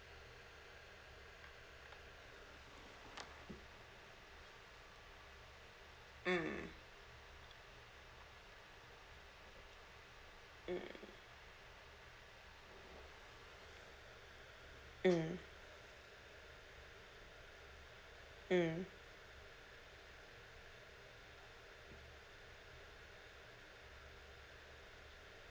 mm mm mm mm